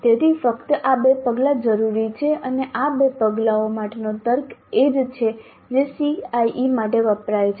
તેથી ફક્ત આ બે પગલાં જરૂરી છે અને આ બે પગલાઓ માટેનો તર્ક એ જ છે જે CIE માટે વપરાય છે